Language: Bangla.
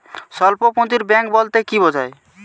স্বল্প পুঁজির ব্যাঙ্ক বলতে কি বোঝায়?